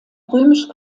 römisch